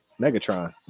Megatron